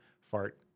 fart